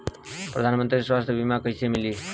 प्रधानमंत्री स्वास्थ्य बीमा कइसे मिली?